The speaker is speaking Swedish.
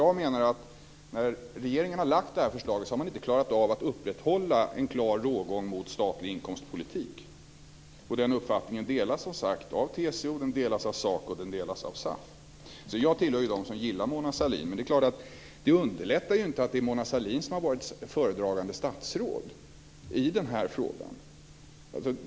Jag menar att regeringen när den har lagt fram det här förslaget inte har klarat att upprätthålla en klar rågång mot statlig inkomstpolitik. Den uppfattningen delas, som sagt, av TCO, SACO och SAF. Jag tillhör dem som gillar Mona Sahlin, men det är inte en underlättande faktor att Mona Sahlin har varit föredragande statsråd i den här frågan.